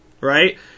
right